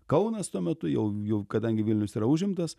kaunas tuo metu jau jau kadangi vilnius yra užimtas